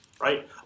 right